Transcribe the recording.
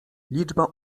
liczba